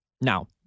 Now